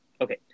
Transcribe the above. Okay